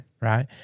right